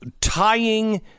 tying